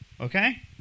Okay